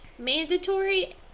Mandatory